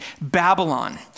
Babylon